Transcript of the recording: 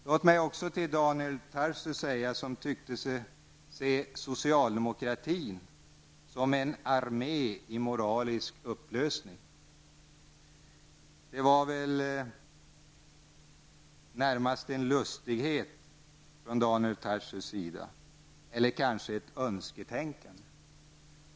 Låt mig också säga några ord till Daniel Tarschys. Han såg socialdemokratin som en armé i moralisk upplösning. Det där var väl närmast en lustighet från Daniel Tarschys sida, eller kanske ett önsketänkande.